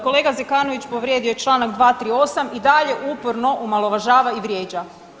Kolega Zekanović povrijedio je čl. 238, i dalje uporno omalovažava i vrijeđa.